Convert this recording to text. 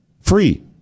free